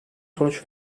sonuç